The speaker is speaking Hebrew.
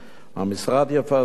המשרד יפרסם,